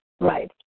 right